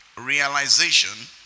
realization